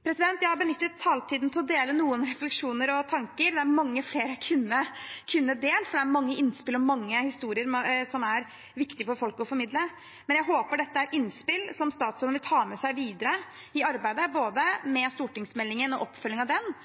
Jeg har benyttet taletiden til å dele noen refleksjoner og tanker. Det er mange flere jeg kunne delt, for det er mange innspill og mange historier som er viktig for folk å formidle. Men jeg håper dette er innspill som statsråden vil ta med seg videre i arbeidet med stortingsmeldingen og oppfølgingen av den,